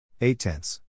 Eight-tenths